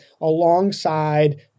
alongside